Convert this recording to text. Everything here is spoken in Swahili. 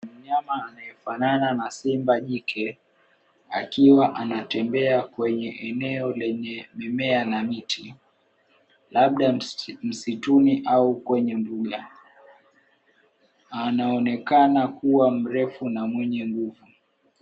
Mnyama anayefanana na simba jike akiwa anatembea kwenye eneo lenye mimea na miti, labda msituni au kwenye nduya. Anaonekana kuwa mrefu na mwenye nguvu.